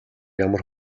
ямар